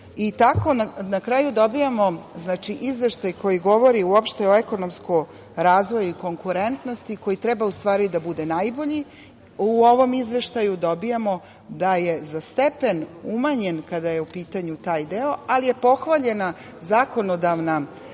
i tako na kraju dobijamo izveštaj koji govori uopšte o ekonomskom razvoju i konkurentnosti, koji treba u stvari da bude najbolji. U ovom izveštaju dobijamo da je za stepen umanjen kada je u pitanju taj deo, ali je pohvaljena zakonodavna aktivnost